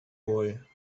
boy